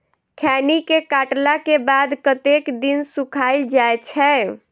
खैनी केँ काटला केँ बाद कतेक दिन सुखाइल जाय छैय?